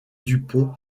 dupont